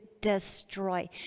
destroy